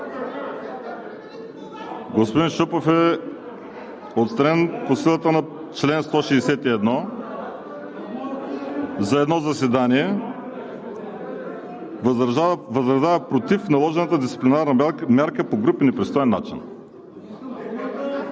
Господин Шопов е отстранен по силата на чл. 161 за едно заседание: „Възразява против наложената дисциплинарна мярка по груб и непристоен начин.“